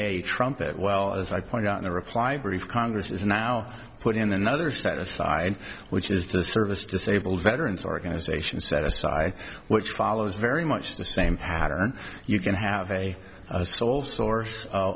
a trumpet well as i pointed out in the reply brief congress is now put in another step aside which is the service disabled veterans organization set aside which follows very much the same pattern you can have a sole